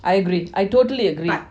I agree I totally agree